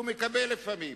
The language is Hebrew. והוא מקבל לפעמים,